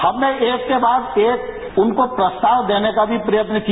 हमने एक के बाद एक उनको प्रस्ताव देने का भी प्रयत्न किया